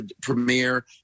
premiere